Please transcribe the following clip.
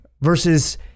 Versus